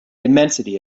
immensity